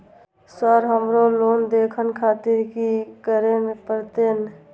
Sir हमरो loan देखें खातिर की करें परतें?